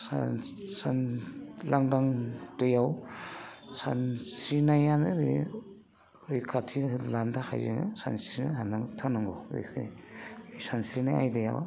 लांदां दैयाव सानस्रिनायानो बे रैखाथि लानो थाखाय जोङो सानस्रिनो हाथारनांगौ बेखायनो सानस्रिनाय आयदाया